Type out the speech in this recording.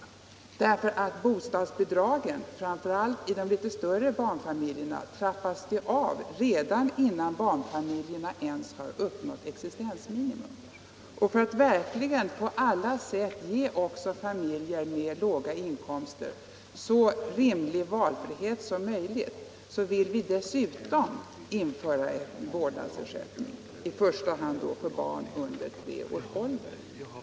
Bostadsbidragen trappas ju av — framför allt i litet större barnfamiljer — redan innan barnfamiljerna uppnått ens existensminimum. För att på alla sätt ge även familjer med låga inkomster så rimlig valfrihet som möjligt vill vi dessutom införa en vårdnadsersättning, i första hand för barn under tre år.